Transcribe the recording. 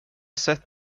sett